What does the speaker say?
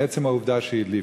מעצם העובדה שהיא הדליפה.